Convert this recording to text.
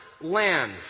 land